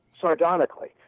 Sardonically